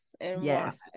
Yes